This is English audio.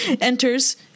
enters